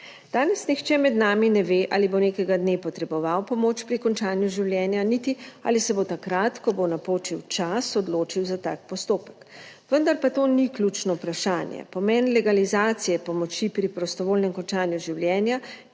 Danes nihče med nami ne ve, ali bo nekega dne potreboval pomoč pri končanju 33. TRAK: (VP) 15.30 (nadaljevanje) življenja niti ali se bo takrat, ko bo napočil čas, odločil za tak postopek. Vendar pa to ni ključno vprašanje. Pomen legalizacije pomoči pri prostovoljnem končanju življenja